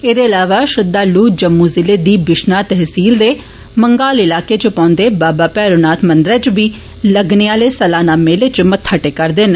एह्दे अलावा श्रद्दालु जम्मू ज़िले दी बिश्नाह तहसील दे मंगाल इलाके इच पौन्दे बाबा भैरो नाथ मंदरै इच बी लगने आले सलाना मेले इच मत्था टेका'रदे न